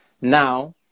now